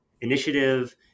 initiative